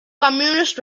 communist